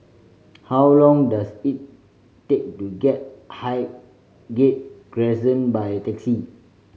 how long does it take to get Highgate Crescent by taxi